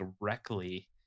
directly